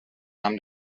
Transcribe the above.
amb